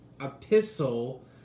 epistle